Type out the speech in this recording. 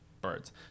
birds